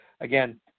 Again